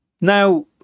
Now